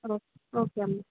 okay okay అమ్మ